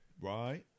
Right